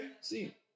see